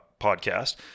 podcast